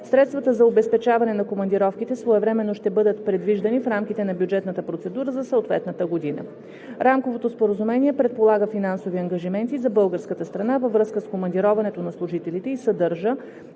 Средствата за обезпечаване на командировките своевременно ще бъдат предвиждани в рамките на бюджетната процедура за съответната година. Рамковото споразумение предполага финансови ангажименти за българската страна във връзка с командироването на служителите и съдържа